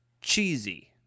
cheesy